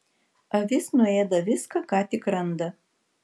avis nuėda viską ką tik randa